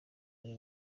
ari